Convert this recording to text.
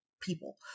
people